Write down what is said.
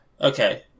Okay